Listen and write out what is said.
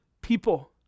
people